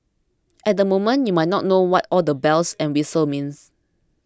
at the moment you might not know what all the bells and whistles mean